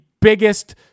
biggest